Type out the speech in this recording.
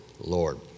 Lord